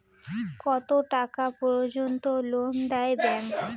কত টাকা পর্যন্ত লোন দেয় ব্যাংক?